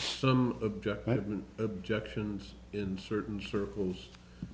some object i didn't objections in certain circles